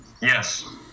Yes